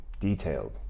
detailed